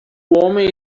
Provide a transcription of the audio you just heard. homem